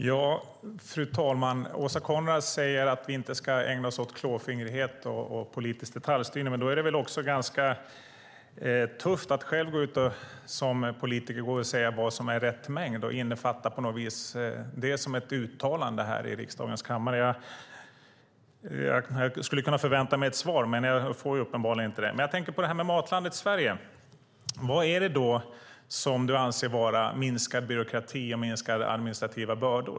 Fru talman! Åsa Coenraads säger att vi inte ska ägna oss åt klåfingrighet och politisk detaljstyrning. Men då är det väl ganska tufft att som politiker själv gå ut och tala om rätt mängd och på något vis låta det innefatta ett uttalande här i riksdagens kammare. Jag skulle kunna förvänta mig ett svar men får uppenbarligen inget svar. När det gäller Matlandet Sverige undrar jag vad du, Åsa Coenraads, anser vara minskad byråkrati och minskade administrativa bördor.